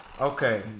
Okay